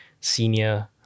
senior